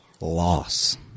loss